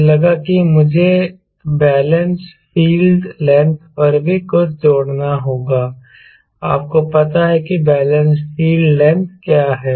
मुझे लगा कि मुझे बैलेंस फील्ड लेंथ पर भी कुछ जोड़ना होगा आपको पता है कि बैलेंस फील्ड लेंथ क्या है